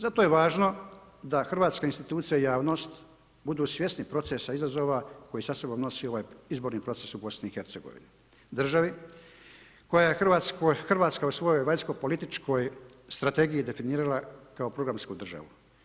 Zato je važno da hrvatska institucija i javnost budu svjesni procesa izazova koji sa sobom nosi ovaj izborni proces u BiH, državi koju je Hrvatska u svojoj vanjsko političkoj strategiji definirala kao programsku državu.